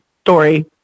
story